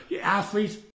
Athletes